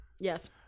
Yes